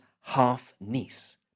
half-niece